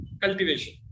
cultivation